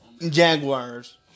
Jaguars